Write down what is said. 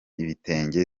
ibitenge